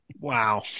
Wow